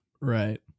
Right